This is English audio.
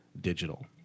digital